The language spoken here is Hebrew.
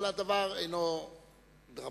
אבל הדבר אינו דרמטי,